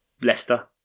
Leicester